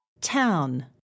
Town